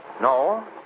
No